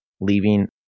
leaving